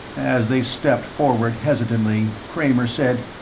as they stepped forward hesitantly, kramer said,